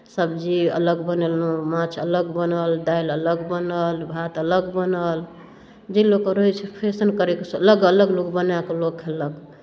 सब्जी अलग बनेलहुँ माछ अलग बनल दालि अलग बनल भात अलग बनल जे लोकके रहै छै फैशन करैके अलग अलग बना कऽ लोक खेलक